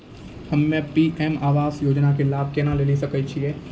हम्मे पी.एम आवास योजना के लाभ केना लेली सकै छियै?